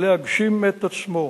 להגשים את עצמו,